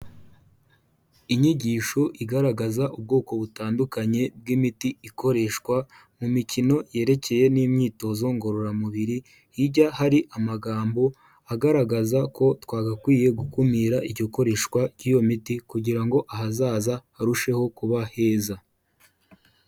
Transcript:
Inyigisho igaragaza ubwoko butandukanye bw'imiti ikoreshwa mu mikino yerekeye n'imyitozo ngororamubiri hirya hari amagambo agaragaza ko twagakwiye gukumira iryokoreshwa ry'iyo miti kugira ngo ahazaza harusheho kuba heza.